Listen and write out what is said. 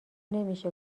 نمیشه